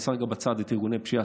אני שם רגע בצד את ארגוני הפשיעה,